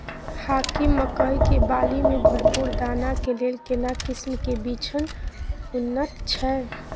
हाकीम मकई के बाली में भरपूर दाना के लेल केना किस्म के बिछन उन्नत छैय?